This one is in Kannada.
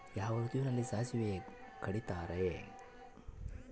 ಯಾವ ಋತುವಿನಲ್ಲಿ ಸಾಸಿವೆ ಕಡಿತಾರೆ?